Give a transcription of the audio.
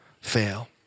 fail